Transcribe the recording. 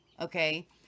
okay